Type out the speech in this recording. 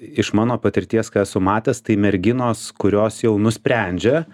iš mano patirties ką esu matęs tai merginos kurios jau nusprendžia